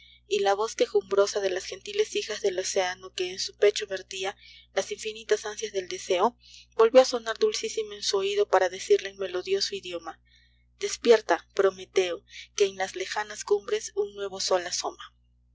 y la voz quejumbrosa de las gentiles hijas del océano que en su pecho vertia las infinitas ansias del deseo volvió á sonar dulcísima en su oído para decirle en melodioso idioma despierta prometeo que en las lejanas cumbres un nuevo sol asoma